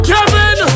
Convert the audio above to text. Kevin